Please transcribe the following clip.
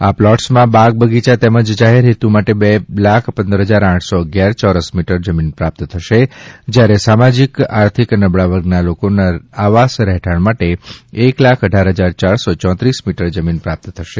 આ પ્લોટસમાં બાગ બગીયા તેમજ જાહેર હેતુ માટે બે લાખ પંદર હજાર આઠસો અગિયાર ચોરસ મીટર જમીન પ્રાપ્ત થશે જયારે સામાજિક આર્થિક નબળા વર્ગના લોકોના આવાસ રહેઠાણ માટે એક લાખ અઢાર હજાર ચારસો ચોત્રીસ મીટર જમીન પ્રાપ્ત થશે